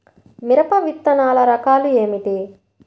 మిరప విత్తనాల రకాలు ఏమిటి?